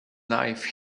life